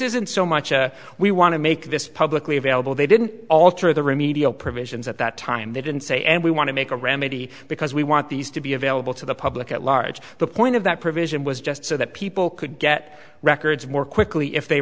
isn't so much we want to make this publicly available they didn't alter the remedial provisions at that time they didn't say and we want to make a remedy because we want these to be available to the public at large the point of that provision was just so that people could get records more quickly if they